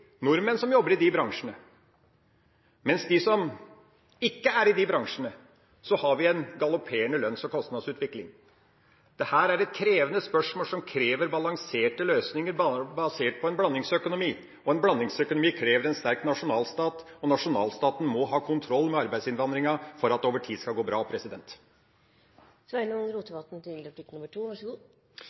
nordmenn som jobber i disse bransjene. Mens for dem som ikke er i disse bransjene, har vi en galopperende lønns- og kostnadsutvikling. Dette er et krevende spørsmål som krever balanserte løsninger basert på en blandingsøkonomi. En blandingsøkonomi krever en sterk nasjonalstat, og nasjonalstaten må ha kontroll med arbeidsinnvandringa for at det over tid skal gå bra.